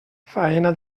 faena